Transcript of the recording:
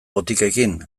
botikekin